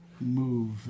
move